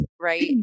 right